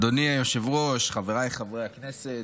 אדוני היושב-ראש, חבריי חברי הכנסת,